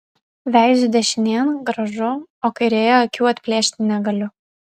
veiziu dešinėn gražu o kairėje akių atplėšti negaliu